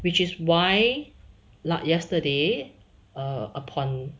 which is why yesterday err upon